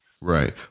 Right